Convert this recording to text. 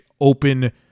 open